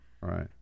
Right